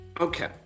Okay